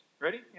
Ready